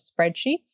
spreadsheets